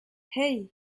hey